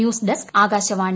news desk Akashvani